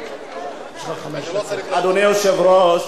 אדוני היושב-ראש,